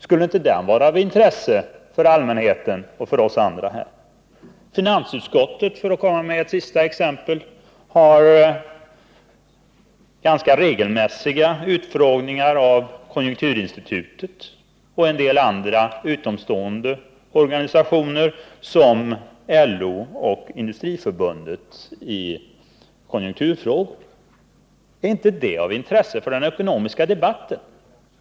Skulle den inte vara av intresse för oss andra och för allmänheten? Finansutskottet har — för att ta ett sista exempel — ganska regelbundet utfrågningar av konjunkturinstitutet och en del organisationer som LO och Industriförbundet i konjunkturfrågor. Är inte det av intresse för den ekonomiska debatten?